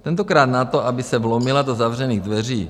Tentokrát na to, aby se vlomila do zavřených dveří.